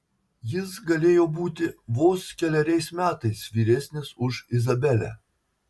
jis galėjo būti vos keleriais metais vyresnis už izabelę